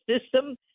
system